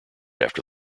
after